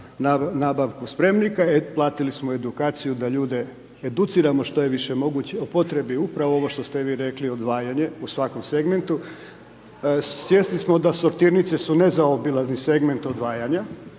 nabavku spremnika. Platili smo edukaciju da ljude educiramo što je više moguće o potrebi upravo ovo što ste vi rekli odvajanje u svakom segmentu. Svjesni smo da sortirnice su nezaobilazni segment odvajanja